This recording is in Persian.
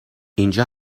اینجا